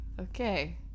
okay